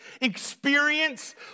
experience